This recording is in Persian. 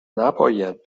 نباید